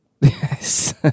Yes